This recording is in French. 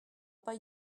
pas